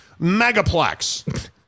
megaplex